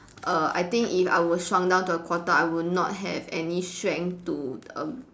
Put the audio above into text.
err I think if I were shrunk down to a quarter I would not have any strength to err